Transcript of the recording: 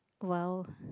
well